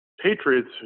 Patriots